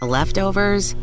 Leftovers